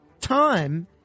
time